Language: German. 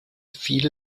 viele